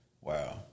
Wow